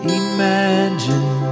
imagine